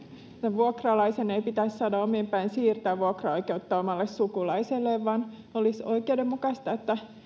vuokralaisen ei pitäisi saada omin päin siirtää vuokraoikeutta omalle sukulaiselleen vaan olisi oikeudenmukaista että